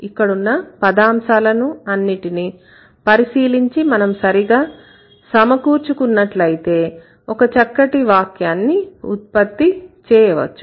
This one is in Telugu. ఇక్కడున్న పదాంశాలను అన్నిటినీ పరిశీలించి మనం సరిగా సమకూర్చుకున్నట్లు అయితే ఒక చక్కటి వాక్యాన్ని ఉత్పత్తి చేయవచ్చు